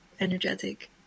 energetic